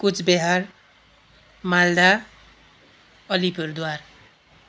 Cooch Behar Malda Alipurduar